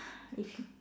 if